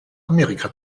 amerika